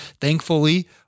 thankfully